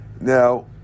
Now